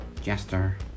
Jester